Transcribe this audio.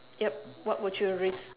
yup what would you risk